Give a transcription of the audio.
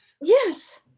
Yes